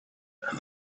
and